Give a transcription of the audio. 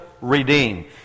redeem